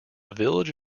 village